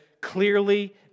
clearly